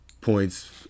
points